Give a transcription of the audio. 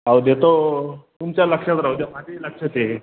अहो देतो तुमच्या लक्षात राहू द्या माझ्याही लक्षात आहे